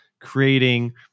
creating